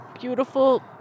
beautiful